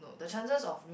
the chances of